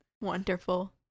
wonderful